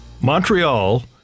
Montreal